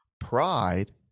Pride